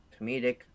comedic